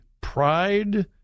Pride